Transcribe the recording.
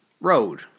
road